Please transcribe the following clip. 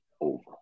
over